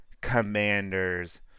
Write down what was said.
Commanders